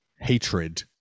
hatred